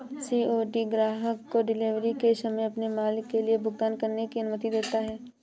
COD ग्राहक को delivery के समय अपने माल के लिए भुगतान करने की अनुमति देता है